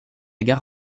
gare